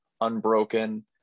unbroken